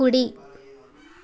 కుడి